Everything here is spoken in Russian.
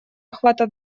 охвата